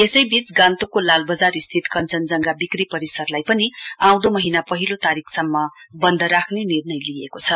यसैवीच गान्तोकको लालवजार स्थित कंचनजंघा विक्री परिसरलाई पनि आउँदो महीना पहिलो तारीकसम्म वन्द राख्ने निर्णय लिइएको छ